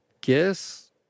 guess